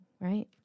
Right